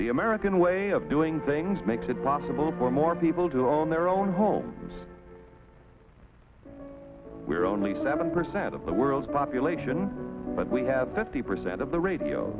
the american way of doing things makes it possible for more people to own their own homes we're only seven percent of the world's population but we have fifty percent of the radio